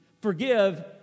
forgive